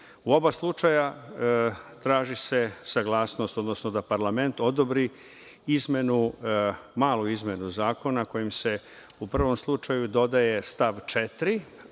U oba slučaja se traži saglasnost, odnosno da parlament odobri malu izmenu zakona kojom se u prvom slučaju dodaje stav 4,